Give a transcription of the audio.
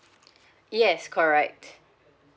yes correct